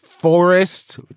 Forest